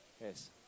yes